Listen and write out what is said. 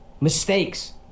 Mistakes